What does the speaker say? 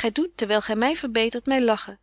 gy doet terwyl gy my verbetert my lachen